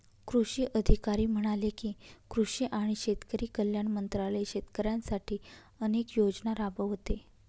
कृषी अधिकारी म्हणाले की, कृषी आणि शेतकरी कल्याण मंत्रालय शेतकऱ्यांसाठी अनेक योजना राबवते